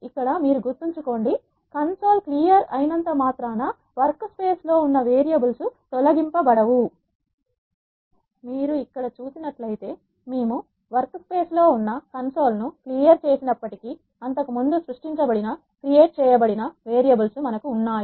ఇక్కడ మీరు గుర్తుంచుకోండి కన్సోల్ క్లియర్ అయినంత మాత్రాన వర్క్ స్పేస్ లో ఉన్న వేరియబుల్స్ తొలగింపబడవు మీరు ఇక్కడ చూసినట్లయితే మేము వర్క్ స్పేస్ లో ఉన్న consoleకన్సోల్ ను క్లియర్ చేసినప్పటికీ అంతకు ముందు సృష్టించబడిన వేరియబుల్స్ మనకు ఉన్నాయి